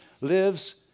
lives